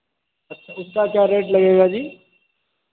अच्छा इसका क्या रेट लगेगा जी